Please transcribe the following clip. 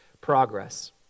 progress